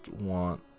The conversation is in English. want